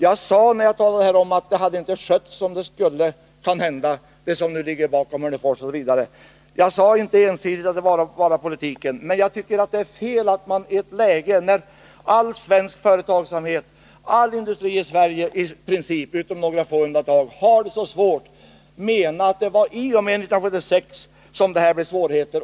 Jag sade att det här kanhända inte skötts som det borde ha skötts och att det är detta som ligger bakom svårigheterna i Hörnefors. Jag sade inte att det ensidigt berodde på den politik som har förts. Men jag tycker det är fel att man i ett läge när all svensk företagsamhet, all industri i Sverige i princip — med några få undantag — har det så svårt, menar att det var i och med vad som hände 1976 som det blev svårigheter.